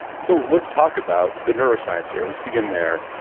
so let's talk about the neuroscience here. let's begin there.